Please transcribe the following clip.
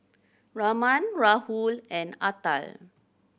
Raman Rahul and Atal